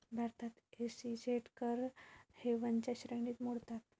भारतात एस.ई.झेड कर हेवनच्या श्रेणीत मोडतात